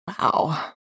wow